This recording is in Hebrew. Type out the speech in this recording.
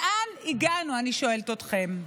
לאן הגענו, אני שואלת אתכם?